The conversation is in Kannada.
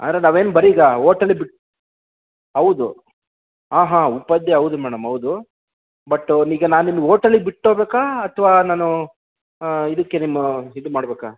ಆದರೆ ನಾವೇನು ಬರಿ ಈಗ ಹೋಟೆಲಿಗೆ ಬಿಟ್ಟು ಹೌದು ಹಾಂ ಹಾಂ ಉಪಾಧ್ಯ ಹೌದು ಮೇಡಮ್ ಹೌದು ಬಟ್ ಈಗ ನಾನು ನಿಮಗೆ ಹೋಟೆಲಿಗೆ ಬಿಟ್ಟು ಹೋಗಬೇಕಾ ಅಥವಾ ನಾನು ಇದಕ್ಕೆ ನಿಮ್ಮ ಇದು ಮಾಡಬೇಕಾ